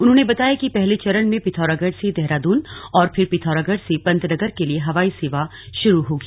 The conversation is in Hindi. उन्होंने बताया कि पहले चरण मे पिथौरागढ़ से देहरादून और फिर पिथौरागढ़ से पंतनगर के लिये हवाई सेवा शुरु होगी